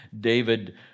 David